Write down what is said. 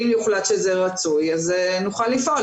אם יוחלט שזה רצוי, אז נוכל לפעול.